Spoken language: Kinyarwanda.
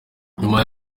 nyuma